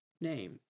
name